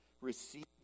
receive